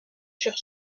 sur